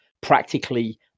practically